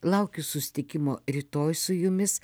laukiu susitikimo rytoj su jumis